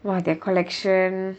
!wah! their collection